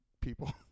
people